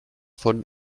von